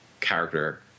character